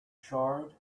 charred